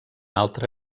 altre